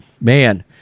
man